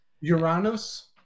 Uranus